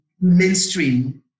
mainstream